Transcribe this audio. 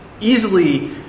easily